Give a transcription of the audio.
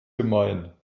gemein